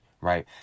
right